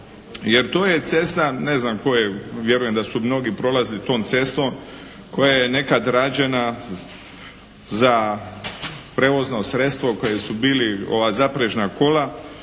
Jer to je cesta, ne znam tko je, vjerujem da su mnogi prolazili tom cestom, koja je nekad rađena za prevozno sredstvo koji su bili ova zaprežna kola